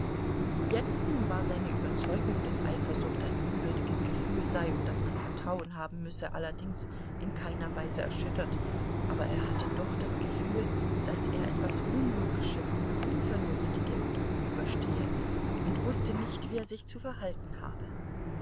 jetzt nun war seine überzeugung daß eifersucht ein unwürdiges gefühl sei und daß man vertrauen haben müsse allerdings in keiner weise erschüttert aber er hatte doch das gefühl daß er etwas unlogischem und unvernünftigem gegenüberstehe und wußte nicht wie er sich zu verhalten habe